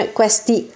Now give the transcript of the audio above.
questi